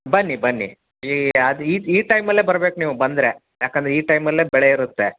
ಬನ್ನಿ ಬನ್ನಿ ಈ ಅದು ಈ ಈ ಟೈಮಲ್ಲೇ ಬರ್ಬೇಕು ನೀವು ಬಂದರೆ ಏಕಂದ್ರೆ ಈ ಟೈಮಲ್ಲೇ ಬೆಳೆ ಇರುತ್ತೆ